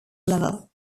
level